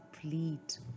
complete